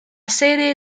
sede